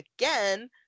again